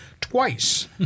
twice